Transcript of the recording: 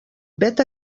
vet